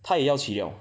他也要起了